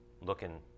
looking